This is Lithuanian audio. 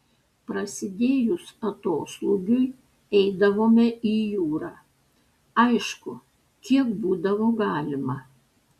prasidėjus atoslūgiui eidavome į jūrą aišku kiek būdavo galima